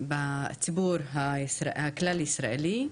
בציבור הכלל ישראלי.